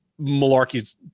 Malarkey's